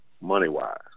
money-wise